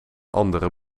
andere